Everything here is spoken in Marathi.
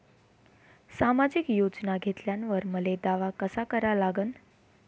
सामाजिक योजना घेतल्यावर मले दावा कसा करा लागन?